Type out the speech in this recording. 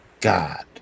God